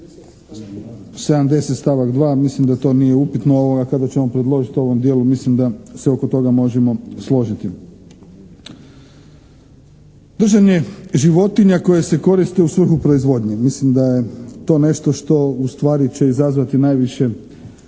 70. stavak 2., mislim da to nije upitno, kada ćemo predložiti u ovom dijelu mislim da se oko toga možemo složiti. Držanje životinja koje se koriste u svrhu proizvodnje. Mislim da je to nešto što u stvari će izazvati najviše